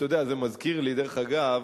אתה יודע, זה מזכיר לי, דרך אגב,